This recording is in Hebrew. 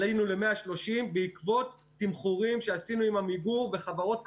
עלינו ל-130,000 בעקבות תמחור שעשינו עם עמיגור ועם חברות קבלניות.